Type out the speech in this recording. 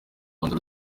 rwanda